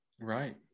right